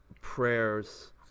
prayers